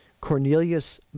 Cornelius